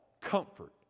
comfort